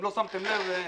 אם לא שמתם לב,